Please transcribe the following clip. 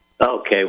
Okay